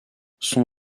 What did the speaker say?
son